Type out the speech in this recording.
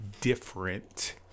different